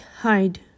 hide